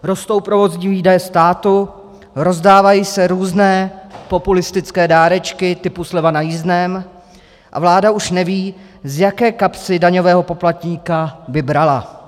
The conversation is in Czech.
Rostou provozní výdaje státu, rozdávají se různé populistické dárečky typu sleva na jízdném a vláda už neví, z jaké kapsy daňového poplatníka by brala.